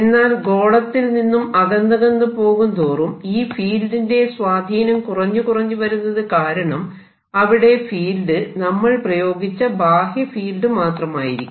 എന്നാൽ ഗോളത്തിൽ നിന്നും അകന്നകന്നു പോകുന്തോറും ഈ ഫീൽഡിന്റെ സ്വാധീനം കുറഞ്ഞു കുറഞ്ഞു വരുന്നത് കാരണം അവിടെ ഫീൽഡ് നമ്മൾ പ്രയോഗിച്ച ബാഹ്യ ഫീൽഡ് മാത്രമായിരിക്കും